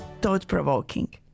Thought-provoking